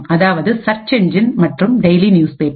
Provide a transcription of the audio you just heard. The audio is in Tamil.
அதாவது சர்ச் என்ஜின் மற்றும் டெய்லி நியூஸ் பேப்பர்